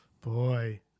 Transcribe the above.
Boy